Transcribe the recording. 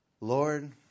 Lord